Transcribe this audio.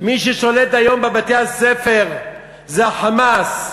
מי ששולט היום בבתי-הספר זה ה"חמאס",